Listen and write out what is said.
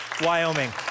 Wyoming